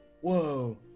whoa